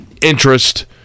interest